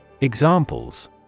Examples